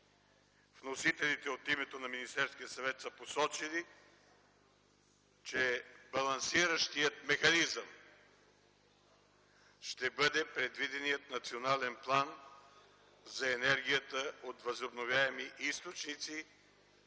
Вносителите от името на Министерския съвет са посочили, че балансиращият механизъм ще бъде предвиденият национален план за енергията от възобновяеми източници